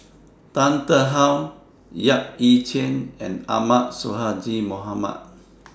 Tan Tarn How Yap Ee Chian and Ahmad Sonhadji Mohamad